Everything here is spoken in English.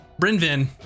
Brynvin